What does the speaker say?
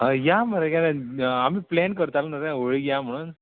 हय या मरे केन्ना आमी प्लॅन करताले न्हू रे होळीक या म्हणून